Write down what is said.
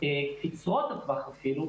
קצרות הטווח אפילו,